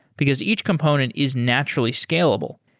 because each component is naturally scalable,